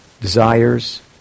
desires